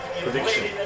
prediction